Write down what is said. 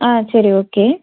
ஆ சரி ஓகே